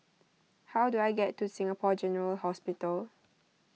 how do I get to Singapore General Hospital